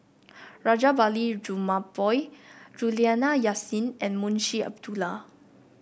Rajabali Jumabhoy Juliana Yasin and Munshi Abdullah